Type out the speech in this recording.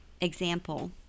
example